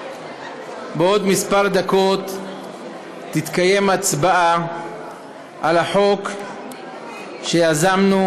בעוד כמה דקות תתקיים הצבעה על החוק שיזמנו